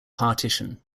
partition